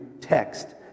text